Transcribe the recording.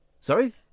Sorry